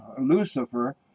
lucifer